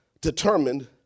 determined